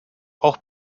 auch